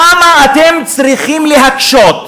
כמה אתם צריכים להקשות?